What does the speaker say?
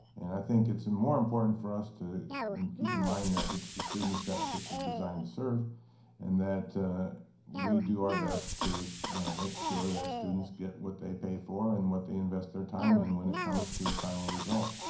and i think it's more important for us to and keep in mind that it's the students that this is designed to serve and that we do our best to make sure that students get what they pay for and what they invest their time in when it comes to the final result.